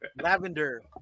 Lavender